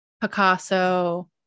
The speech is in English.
Picasso